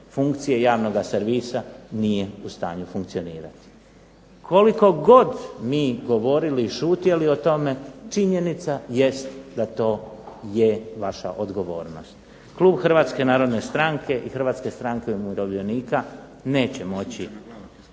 funkcije javnoga servisa nije u stanju funkcionirati. Koliko god mi govorili i šutjeli o tome činjenica jest da to je vaša odgovornost. Klub HNS-HSU-a neće moći podržati ovo izvješće i